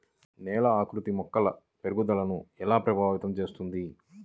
నేల ఆకృతి మొక్కల పెరుగుదలను ఎలా ప్రభావితం చేస్తుంది?